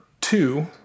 two